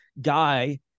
guy